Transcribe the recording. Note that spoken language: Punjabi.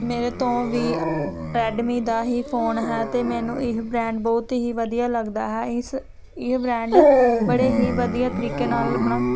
ਮੇਰੇ ਤੋਂ ਵੀ ਰੈਡਮੀ ਦਾ ਹੀ ਫੋਨ ਹੈ ਅਤੇ ਮੈਨੂੰ ਇਹ ਬਰਾਂਡ ਬਹੁਤ ਹੀ ਵਧੀਆ ਲੱਗਦਾ ਹੈ ਇਸ ਇਹ ਬ੍ਰਾਂਡ ਬੜੇ ਹੀ ਵਧੀਆ ਤਰੀਕੇ ਨਾਲ ਆਪਣਾ